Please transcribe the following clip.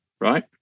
right